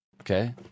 Okay